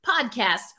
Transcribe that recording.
podcast